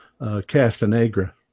Castanegra